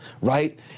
right